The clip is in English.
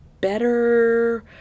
better